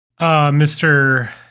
Mr